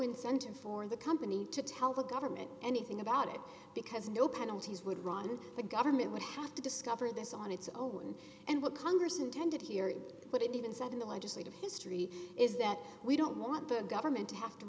incentive for the company to tell the government anything about it because no penalties would run the government would have to discover this on its own and what congress intended here would it be even said in the legislative history is that we don't want the government to have to